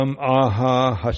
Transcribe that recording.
Aha